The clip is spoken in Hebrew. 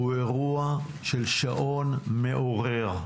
הוא אירוע של שעון מעורר.